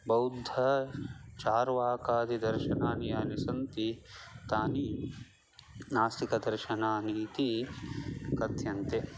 बौद्धचार्वाकादिदर्शनानि यानि सन्ति तानि नास्तिकदर्शनानि इति कथ्यन्ते